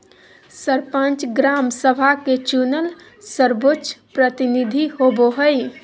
सरपंच, ग्राम सभा के चुनल सर्वोच्च प्रतिनिधि होबो हइ